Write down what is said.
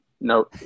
No